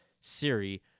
Siri